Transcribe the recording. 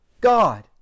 God